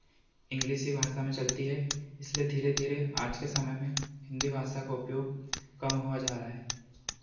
English ही भाषा में चलती है इसलिए धीरे धीरे आज के समय में हिंदी भाषा का उपयोग कम हुआ जा रहा है